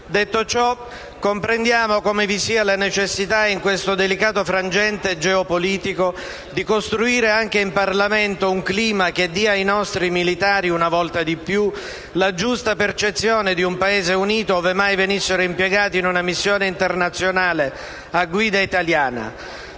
Detto ciò, comprendiamo come vi sia la necessità, in questo delicato frangente geopolitico, di costruire anche in Parlamento un clima che dia ai nostri militari, una volta di più, la giusta percezione di un Paese unito, ove mai venissero impiegati in una missione internazionale a guida italiana.